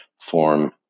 form